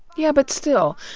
yeah but still,